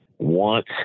want